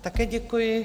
Také děkuji.